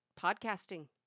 podcasting